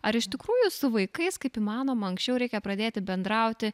ar iš tikrųjų su vaikais kaip įmanoma anksčiau reikia pradėti bendrauti